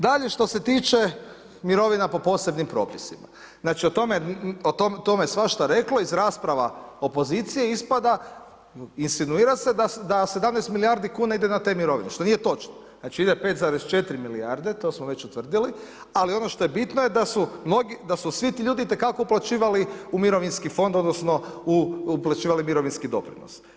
Dalje što se tiče mirovina po posebnim propisima, znači o tome svašta se reklo, iz rasprava opozicije ispada, insinuira se da 17 milijardi kuna ide na te mirovine što nije točno, znači ide 5,4 milijarde, to smo već utvrdili, ali ono što je bitno da su svi ti ljudi itekako uplaćivali u mirovinski fond, odnosno uplaćivali mirovinski doprinos.